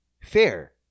fair